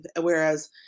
Whereas